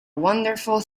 wonderful